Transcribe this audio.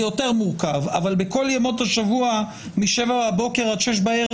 יותר מורכב אבל בכל ימות השבוע מ-7:00 בבוקר עד 6:00 בערב